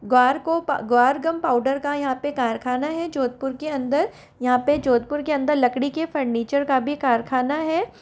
ग्वार को guar gum powder का यहाँ पर कारख़ाना है जोधपुर के अंदर यहाँ पर जोधपुर के अंदर लकड़ी के फर्नीचर का भी कारख़ाना है